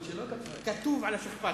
כתוב על השכפ"ץ.